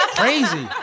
crazy